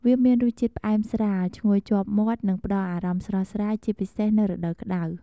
វាមានរសជាតិផ្អែមស្រាល ឈ្ងុយជាប់មាត់ និងផ្តល់អារម្មណ៍ស្រស់ស្រាយ ជាពិសេសនៅរដូវក្ដៅ។